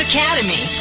Academy